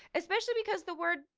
especially because the word,